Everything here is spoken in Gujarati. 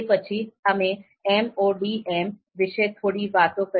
તે પછી અમે MODM વિશે થોડી વાતો કરી